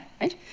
right